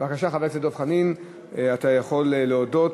בבקשה, חבר הכנסת דב חנין, אתה יכול להודות.